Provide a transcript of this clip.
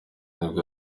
nibwo